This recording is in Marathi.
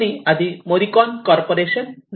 कंपनी आधी मोदीकॉन कॉर्पोरेशन Modicon Inc